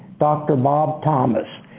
dr. bob thomas.